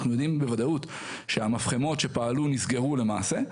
אנחנו יודעים בוודאות שהמפחמות שפעלו נסגרו למעשה,